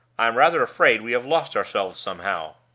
i'm rather afraid we have lost ourselves somehow.